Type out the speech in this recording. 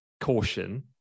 caution